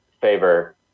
favor